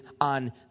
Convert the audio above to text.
on